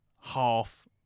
half